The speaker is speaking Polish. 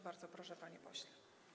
Bardzo proszę, panie pośle.